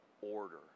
order